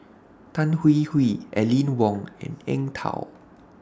Tan Hwee Hwee Aline Wong and Eng Tow